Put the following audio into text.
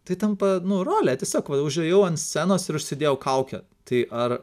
tai tampa nu role tiesiog užėjau ant scenos ir užsidėjau kaukę tai ar